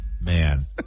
man